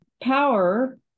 Power